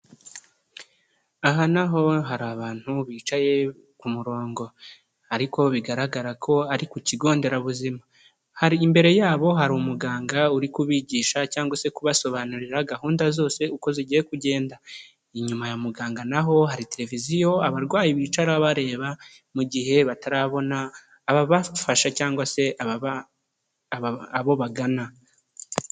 Aha naho hari abantu bicaye ku murongo, ariko bigaragara ko ari ku kigonderabuzima. Hari imbere yabo hari umuganga uri kubigisha cyangwa se kubasobanurira gahunda zose uko zigiye kugenda. Inyuma ya muganga naho hari televiziyo abarwayi bicara bareba, mu igihe batarabona ababafasha cyangwa se abo bagana.